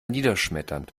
niederschmetternd